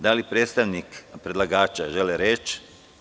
Da li predstavnik predlagača želi reč?